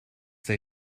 they